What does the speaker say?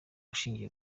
ushingiye